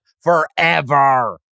forever